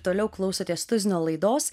toliau klausotės tuzino laidos